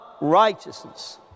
righteousness